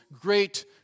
great